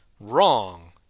Wrong